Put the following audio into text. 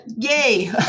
yay